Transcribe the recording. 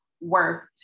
worth